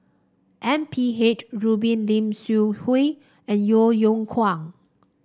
M P H Rubin Lim Seok Hui and Yeo Yeow Kwang